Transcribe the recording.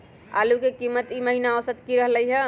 आलू के कीमत ई महिना औसत की रहलई ह?